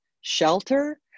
shelter